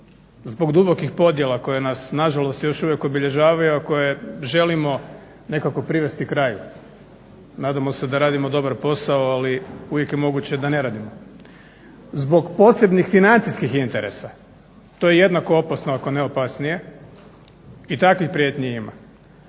zbog dubokih podjela koje nas nažalost još uvijek obilježavaju, a koje želimo nekako privesti kraju. Nadamo se da radimo dobar posao, ali uvijek je moguće da ne radimo. Zbog posebnih financijskih interesa, to je jednako opasno ako ne opasnije, i takvih prijetnji ima.